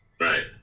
Right